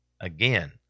Again